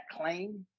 claim